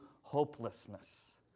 hopelessness